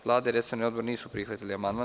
Vlada i resorni odbor nisu prihvatili amandman.